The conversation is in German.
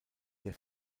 der